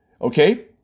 Okay